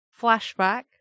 Flashback